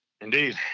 indeed